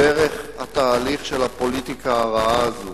דרך התהליך של הפוליטיקה הרעה הזאת.